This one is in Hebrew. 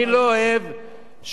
שהדברים שלי לא מובנים.